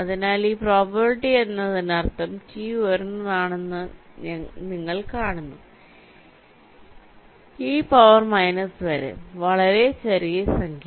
അതിനാൽ ഈ പ്രോബബിലിറ്റി എന്നതിനർത്ഥം T ഉയർന്നതാണെന്ന് നിങ്ങൾ കാണുന്നു e പവർ മൈനസ് വരെ വളരെ ചെറിയ സംഖ്യ